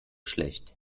schlecht